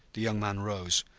the young man rose.